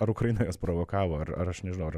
ar ukraina juos provokavo ar aš aš nežinau ar